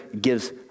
gives